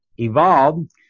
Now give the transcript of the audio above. evolved